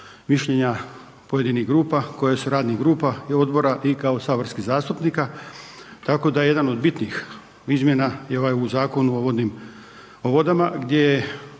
mišljenja pojedinih grupa koje su, radnih grupa i odbora i kao saborskih zastupnika, tako da jedan od bitnih izmjena je ovaj u Zakonu o vodnim, o vodama gdje je